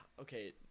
Okay